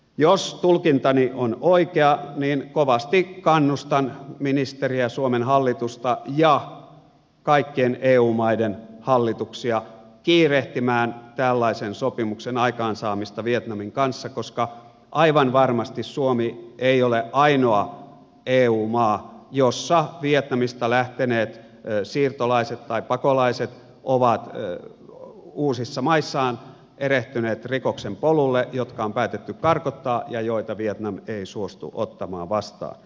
jos tulkintani on oikea niin kovasti kannustan ministeriä suomen hallitusta ja kaikkien eu maiden hallituksia kiirehtimään tällaisen sopimuksen aikaansaamista vietnamin kanssa koska aivan varmasti suomi ei ole ainoa eu maa jossa vietnamista lähteneet siirtolaiset tai pakolaiset ovat uusissa maissaan erehtyneet rikoksen polulle ja heidät on päätetty karkottaa ja heitä vietnam ei suostu ottamaan vastaan